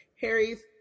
Harry's